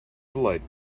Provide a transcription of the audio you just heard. delight